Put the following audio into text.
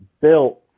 built